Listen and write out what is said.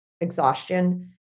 exhaustion